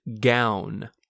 gown